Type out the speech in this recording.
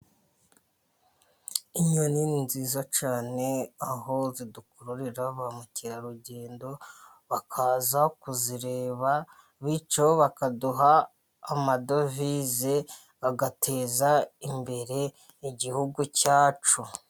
Inyoni ni nziza cyane aho zidukururira ba mukerarugendo bakaza kuzireba, bityo bakaduha amadovize, agateza imbere Igihugu cyacu.